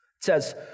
says